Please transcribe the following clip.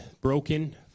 broken